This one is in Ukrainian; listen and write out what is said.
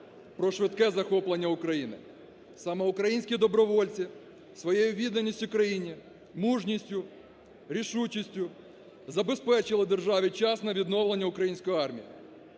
про швидке захоплення України. Саме українські добровольці своєю відданістю країні, мужністю, рішучістю забезпечили державі час на відновлення української армії.